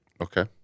Okay